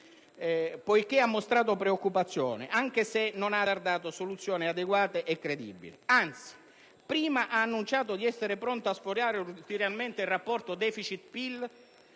poiché ha mostrato preoccupazione, anche se non ha azzardato soluzioni adeguate e credibili, anzi, prima ha annunciato di essere pronto a sforare ulteriormente il rapporto deficit/PIL...